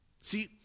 See